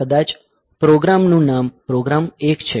કદાચ પ્રોગ્રામ નું નામ પ્રોગ્રામ1 છે